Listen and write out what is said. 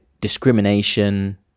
discrimination